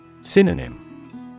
Synonym